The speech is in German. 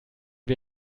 wir